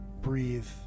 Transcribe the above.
breathe